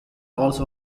also